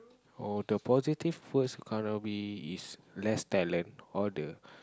oh the positive first is less talent all the